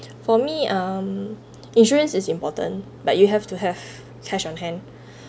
for me um insurance is important but you have to have cash on hand